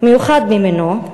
מיוחד במינו,